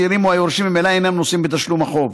השאירים או היורשים ממילא אינם נושאים בתשלום החוב.